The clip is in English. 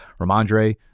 Ramondre